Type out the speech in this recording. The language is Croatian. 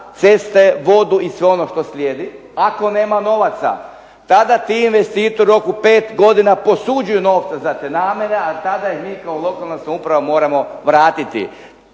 ceste, vodu i sve ono što slijedi. Ako nema novaca tada ti investitori u roku 5 godina posuđuju novce za te namjene, a tada im mi kao lokalna samouprava moramo vratiti.